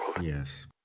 Yes